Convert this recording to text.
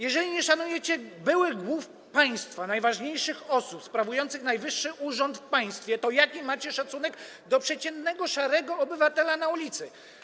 Jeżeli nie szanujecie byłych głów państwa, najważniejszych osób sprawujących najwyższy urząd w państwie, to jaki macie szacunek do przeciętnego, szarego obywatela na ulicy?